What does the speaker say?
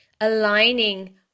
aligning